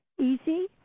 easy